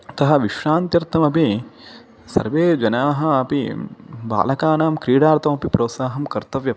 अतः विश्रान्त्यर्थमपि सर्वे जनाः अपि बालकानां क्रीडार्थम् अपि प्रोत्साहं कर्तव्यं